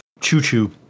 choo-choo